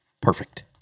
Perfect